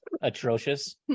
Atrocious